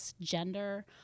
Gender